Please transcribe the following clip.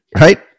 right